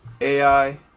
AI